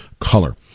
color